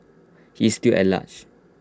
he is still at large